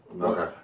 Okay